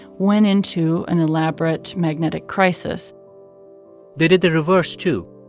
went into an elaborate magnetic crisis they did the reverse, too.